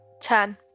Ten